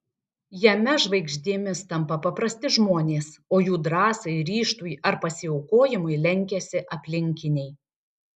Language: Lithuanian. jame žvaigždėmis tampa paprasti žmonės o jų drąsai ryžtui ar pasiaukojimui lenkiasi aplinkiniai